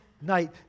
night